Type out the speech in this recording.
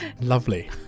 Lovely